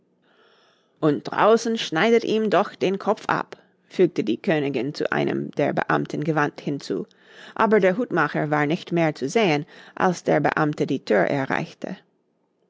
und draußen schneidet ihm doch den kopf ab fügte die königin zu einem der beamten gewandt hinzu aber der hutmacher war nicht mehr zu sehen als der beamte die thür erreichte